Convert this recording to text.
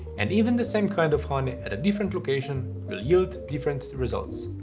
and even the same kind of honey at a different location will yield different results.